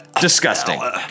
Disgusting